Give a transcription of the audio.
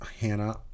Hannah